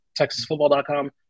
TexasFootball.com